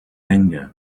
anger